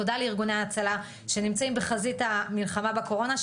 תודה לארגוני ההצלה שנמצאים בחזית המלחמה בקורונה,